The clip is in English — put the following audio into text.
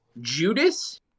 Judas